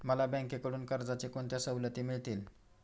मला बँकेकडून कर्जाच्या कोणत्या सवलती मिळतील?